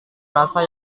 rasa